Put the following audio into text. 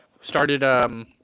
started